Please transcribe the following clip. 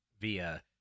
via